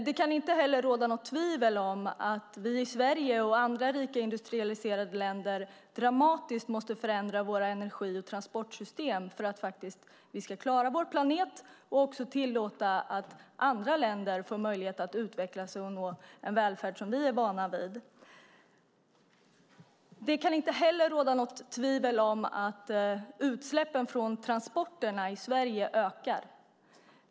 Det kan inte heller råda något tvivel om att vi i Sverige och andra rika, industrialiserade länder dramatiskt måste förändra våra energi och transportsystem för att vi faktiskt ska klara vår planet och också tillåta att andra länder får möjlighet att utvecklas och nå en välfärd vi är vana vid. Det kan inte heller råda något tvivel om att utsläppen från transporterna i Sverige ökar.